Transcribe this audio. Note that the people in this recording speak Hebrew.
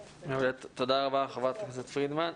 תודה רבה חברת הכנסת פרידמן.